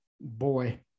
boy